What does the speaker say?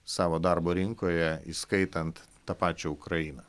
savo darbo rinkoje įskaitant tą pačią ukrainą